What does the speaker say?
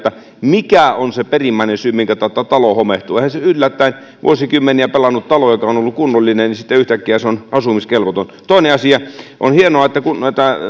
mikä on se perimmäinen syy minkä tautta talo homehtuu eihän yllättäen sen vuosikymmeniä pelanneen talon joka on on ollut kunnollinen sitten yhtäkkiä pitäisi olla asumiskelvoton toinen asia on hienoa että kun näitä